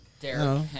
Derek